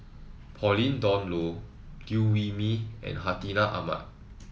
Pauline Dawn Loh Liew Wee Mee and Hartinah Ahmad